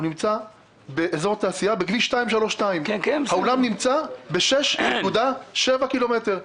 הוא נמצא באזור תעשייה בכביש 232. האולם נמצא ב-6.7 קילומטר.